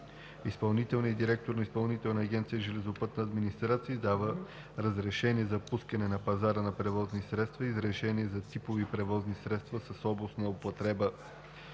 Изпълнителният директор на Изпълнителна агенция „Железопътна администрация“ издава разрешения за пускане на пазара на превозни средства и разрешения за типове превозни средства с област на употреба